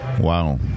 Wow